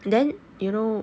then you know